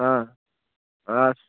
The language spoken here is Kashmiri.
آ آ